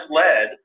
led